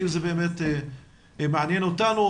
כי זה מעניין אותנו,